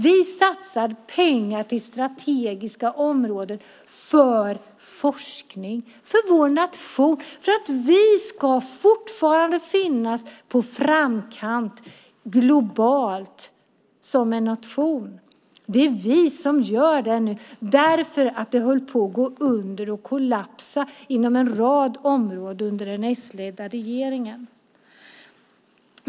Vi satsar pengar på strategiska områden för forskning för att vi som nation fortfarande ska finnas i framkant globalt. Vi gör det eftersom det höll på att gå under och kollapsa inom en rad områden under den s-ledda regeringen.